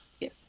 Yes